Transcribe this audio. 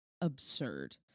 absurd